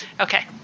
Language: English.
okay